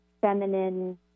feminine